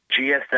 GSM